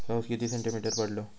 पाऊस किती सेंटीमीटर पडलो?